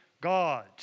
God